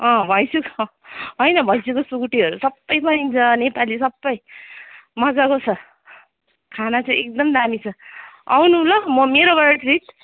भैँसीको होइन भैँसीको सुकुटीहरू सब पाइन्छ नेपाली सब मजाको छ खाना चाहिँ एकदम दामी छ आउनु ल म मेरोबाट ट्रिट